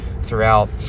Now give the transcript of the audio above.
throughout